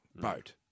boat